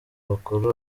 bakora